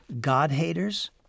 God-haters